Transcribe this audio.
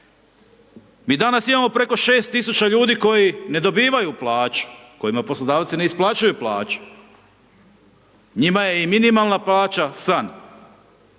Mi danas imamo preko 6000 ljudi koji ne dobivaju plaću, kojima poslodavci ne isplaćuju plaće. Njima je i minimalna plaća san,